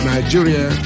Nigeria